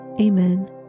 Amen